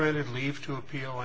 granted leave to appeal